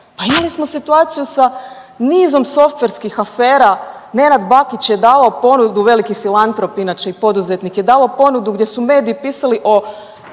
pa imali smo situaciju sa nizom softverskih afera. Nenad Bakić je davao ponudu, veliki filantrop inače i poduzetnik je davao ponudu gdje su mediji pisali o